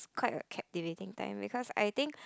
quite a captivating time because I think